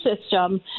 system